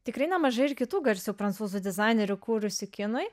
tikrai nemažai ir kitų garsių prancūzų dizainerių kūrusių kinui